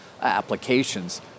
applications